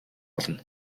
болно